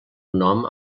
nom